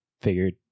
figured